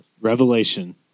Revelation